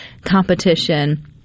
competition